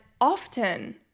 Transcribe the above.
often